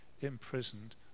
imprisoned